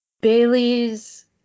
bailey's